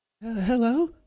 Hello